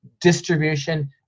distribution